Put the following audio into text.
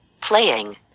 playing